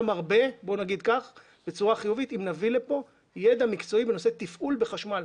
הרבה אם נביא לכאן ידע מקצועי בנושא תפעול בחשמל,